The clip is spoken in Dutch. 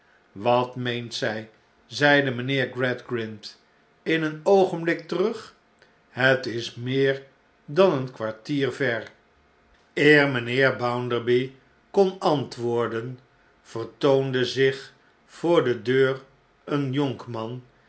wat meent zij zeide mijnheer gradgrind in een oogenblik terug het is meer dan een kwartier ver eer mijnheer bounderby kon antwoorden vertoonde zich voor de deur een jonkman